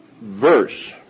verse